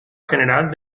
general